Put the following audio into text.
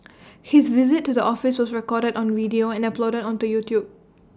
his visit to the office was recorded on video and uploaded onto YouTube